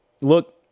look